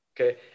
okay